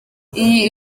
iyi